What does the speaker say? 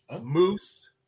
Moose